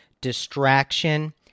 distraction